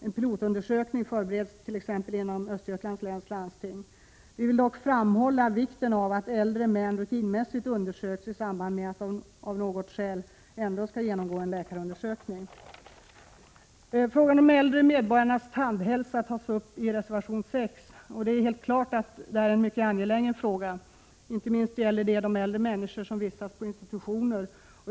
En pilotundersökning förbereds t.ex. inom Östergötlands läns landsting. Vi vill dock framhålla vikten av att äldre män rutinmässigt undersöks i samband med att de av någon annan anledning ändå skall genomgå en läkarundersökning. Frågan om äldre medborgares tandhälsa tas upp i reservation 6. Det är en mycket angelägen fråga som inte minst gäller de äldre människor som vistas på institutioner.